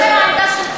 מאשר העמדה שלך.